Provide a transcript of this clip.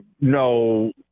no